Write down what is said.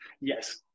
Yes